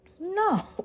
No